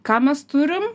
ką mes turim